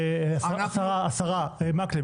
השרה וחבר הכנסת מקלב,